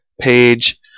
page